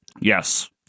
Yes